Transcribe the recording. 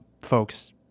folks